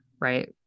Right